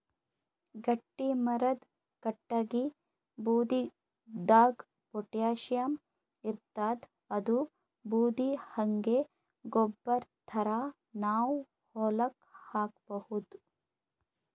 ಗಟ್ಟಿಮರದ್ ಕಟ್ಟಗಿ ಬೂದಿದಾಗ್ ಪೊಟ್ಯಾಷಿಯಂ ಇರ್ತಾದ್ ಅದೂ ಬೂದಿ ಹಂಗೆ ಗೊಬ್ಬರ್ ಥರಾ ನಾವ್ ಹೊಲಕ್ಕ್ ಹಾಕಬಹುದ್